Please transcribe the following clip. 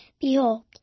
Behold